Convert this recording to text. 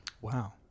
wow